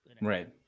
Right